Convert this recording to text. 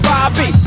Bobby